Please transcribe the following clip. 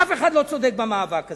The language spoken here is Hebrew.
אף אחד לא צודק במאבק הזה.